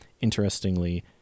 Interestingly